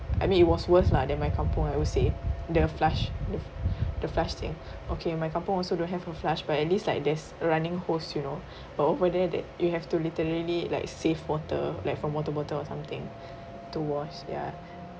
I mean it was worse lah that my kampung I would say the flush the the flushing okay my kampung also don't have a flush but at least like there's running hose you know but over there that you have to literally like save water like from water bottle or something to wash ya